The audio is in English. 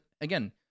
again